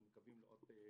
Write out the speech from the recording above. אנחנו מקווים לעוד תקציבים.